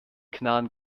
knarren